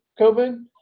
COVID